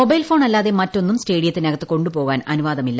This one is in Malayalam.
മൊബൈൽ ഫോൺ അല്ലാതെ മറ്റൊന്നും സ്റ്റേഡിയത്തിനകത്ത് കൊണ്ടുപോകാൻ അനുവാദമില്ല